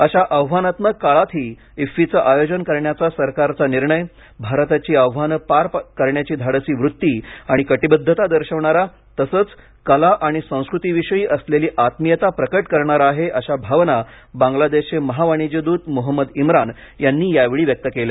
अशा आव्हानात्मक काळातही इफ्फीचे आयोजन करण्याचा सरकारचा निर्णय भारताची आव्हाने पार करण्याची धाडसी वृत्ती आणि कटीबद्वता दर्शवणारा तसेच कला आणि संस्कृतीविषयी असलेली आत्मीयता प्रकट करणारा आहे अशा भावना बांगलादेशचे महावाणिज्य द्रत मोहम्मद इम्रान यांनी यावेळी व्यक्त केल्या